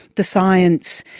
the science,